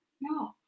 No